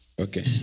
okay